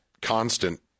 constant